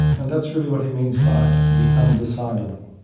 and that's really what he means by the undecidable,